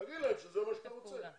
תגיד להם שזה מה שאתה רוצה.